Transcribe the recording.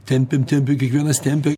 tempiam tempiam kiekvienas tempia